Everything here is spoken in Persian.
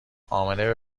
امنه